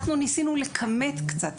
אנחנו ניסינו לכמת קצת,